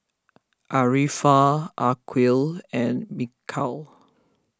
Arifa Aqil and Mikhail